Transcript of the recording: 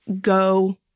go